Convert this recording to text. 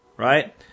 Right